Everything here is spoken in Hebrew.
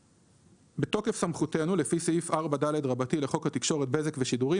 בתוקף סמכותנו לפי סעיף 4ד לחוק התקשורת (בזק ושידורים),